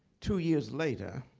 two years later,